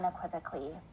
unequivocally